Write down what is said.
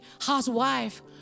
housewife